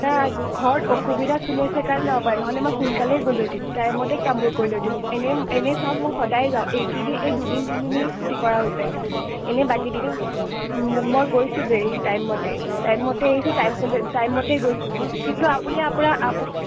মানে ঘৰত অসুবিধা চলি আছে কাৰণে যাব পাৰা নাই নহ'লে মই সোনকালেই গ'লোহেঁতেন টাইমতেই কামবোৰ কৰিলোহেঁতেন এনে এনে চাওক মই সদায় যাওঁ এইকেইদিন এই দুদিন তিনি দিনহে ক্ষতি কৰা হৈছে এনে বাকী কেইদিন মই গৈছিলোঁয়েই টাইম মতেই টাইম মতেই আহিছো টাইম টাইম মতেই গৈছোঁ কিন্তু আপুনি আপোনাৰ আপো